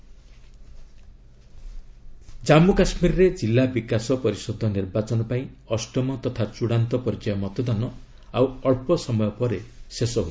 JK polling Jammu କାଶ୍ମୀରରେ ଜିଲ୍ଲା ବିକାଶ ପରିଷଦ ନିର୍ବାଚନ ପାଇଁ ଅଷ୍ଟମ ତଥା ଚ୍ଚଡ଼ାନ୍ତ ପର୍ଯ୍ୟାୟ ମତଦାନ ଆଉ ଅକ୍ଷ ସମୟ ପରେ ଶେଷ ହେବ